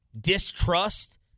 distrust